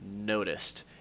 noticed